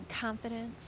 confidence